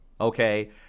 okay